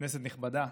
כנסת נכבדה,